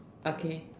okay